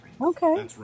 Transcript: Okay